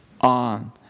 on